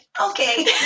okay